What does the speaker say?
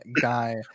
guy